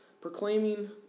proclaiming